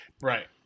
right